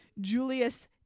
Julius